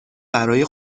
برای